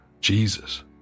Jesus